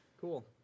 Cool